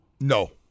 No